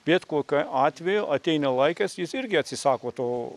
bet kokiu atveju ateina laikas jis irgi atsisako to